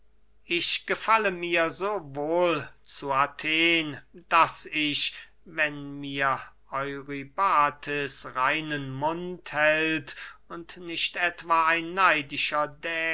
ich gefalle mir so wohl zu athen daß ich wenn mir eurybates reinen mund hält und nicht etwa ein neidischer